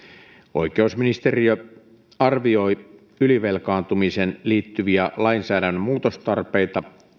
oikeusministeriö arvioi ylivelkaantumiseen liittyviä lainsäädännön muutostarpeita